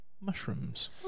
Mushrooms